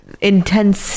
intense